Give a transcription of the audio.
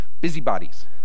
busybodies